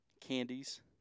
candies